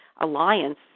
alliance